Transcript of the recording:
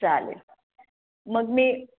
चालेल मग मी